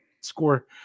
score